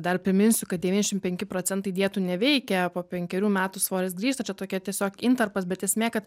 dar priminsiu kad devynešim penki procentai dietų neveikia po penkerių metų svoris grįžta čia tokia tiesiog intarpas bet esmė kad